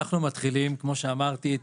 כמו שאמרתי,